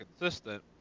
consistent